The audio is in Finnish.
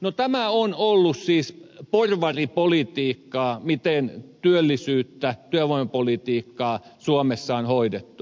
no tämä on ollut siis porvaripolitiikkaa miten työllisyyttä työvoimapolitiikkaa suomessa on hoidettu